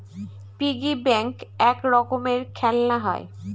piggy bank এক রকমের খেলনা হয়